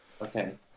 Okay